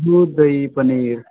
दूध दही पनीर